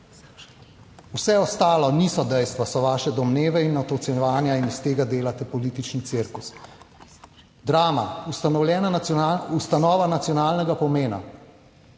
Vse ostalo niso dejstva, so vaše domneve in ocenjevanja in iz tega delate politični cirkus. Drama, ustanova nacionalnega pomena,